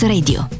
Radio